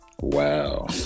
wow